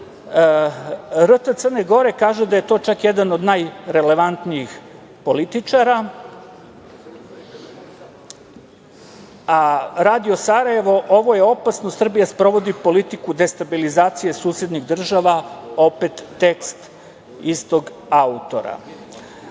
Crne Gore kaže da je to čak jedan od najrelevantnijih političara, a Radio Sarajevo – Ovo je opasno, Srbija sprovodi politiku destabilizacije susednih država, opet tekst istog